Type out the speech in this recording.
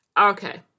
Okay